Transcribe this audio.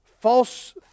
false